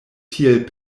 tiel